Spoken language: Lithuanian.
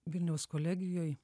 vilniaus kolegijoj